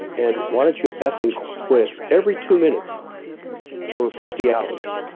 and why don't you effing quit? every two minutes for fifty hours.